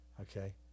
Okay